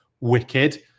wicked